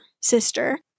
sister